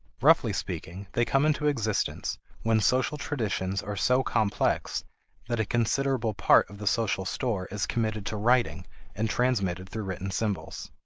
roughly speaking, they come into existence when social traditions are so complex that a considerable part of the social store is committed to writing and transmitted through written symbols.